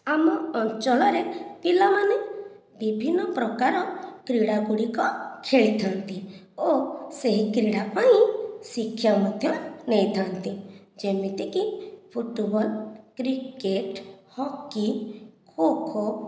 ଆମ ଅଞ୍ଚଳରେ ପିଲାମାନେ ବିଭିନ୍ନ ପ୍ରକାର କ୍ରୀଡ଼ା ଗୁଡ଼ିକ ଖେଳିଥାନ୍ତି ଓ ସେହି କ୍ରୀଡ଼ା ପାଇଁ ଶିକ୍ଷା ମଧ୍ୟ ନେଇଥାନ୍ତି ଯେମିତିକି ଫୁଟବଲ୍ କ୍ରିକେଟ୍ ହକି ଖୋଖୋ